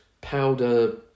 powder